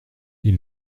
ils